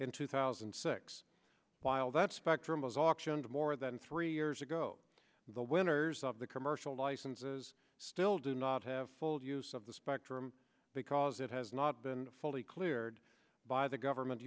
in two thousand and six while that spectrum was optioned more than three years ago the winners of the commercial licenses still do not have full use of the spectrum because it has not been fully cleared by the government